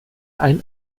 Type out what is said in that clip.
ein